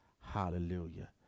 Hallelujah